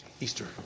Easter